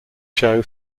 show